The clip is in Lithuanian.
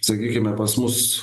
sakykime pas mus